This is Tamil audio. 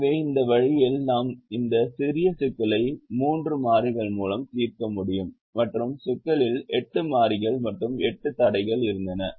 எனவே இந்த வழியில் நாம் இந்த சிறிய சிக்கலை மூன்று மாறிகள் மூலம் தீர்க்க முடியும் மற்ற சிக்கலில் எட்டு மாறிகள் மற்றும் எட்டு தடைகள் இருந்தன